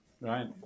right